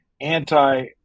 anti